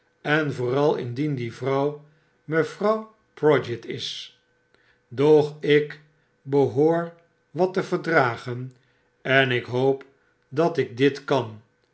en vooral indien die vrouw mevrouw prodgit is doch ik behoor wat teverdragen en ik hoop dat ik dit kan